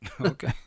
Okay